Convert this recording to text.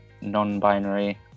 non-binary